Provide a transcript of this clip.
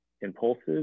impulsive